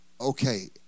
Okay